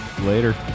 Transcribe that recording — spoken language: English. Later